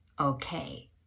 okay